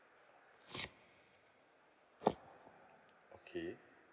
okay